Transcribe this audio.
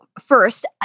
first